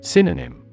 Synonym